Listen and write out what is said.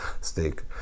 Steak